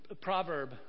proverb